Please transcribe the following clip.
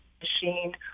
machine